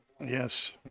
Yes